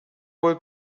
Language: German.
wohl